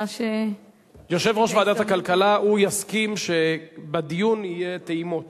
יושב-ראש ועדת הכלכלה יסכים שבדיון יהיו טעימות